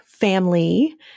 family